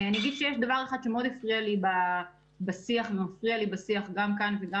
אני אומר שיש דבר אחד שמאוד הפריע לי בשיח ומפריע לי בשיח גם כאן וגם